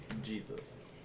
Jesus